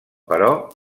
però